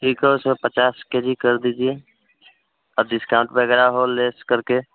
ठीक है उसमें पचास के जी कर दीजिए और डिस्काउन्ट वगैरह हो लेस करके